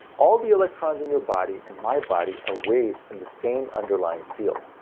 all the electrons in your body and my body are waves in the same underlying field.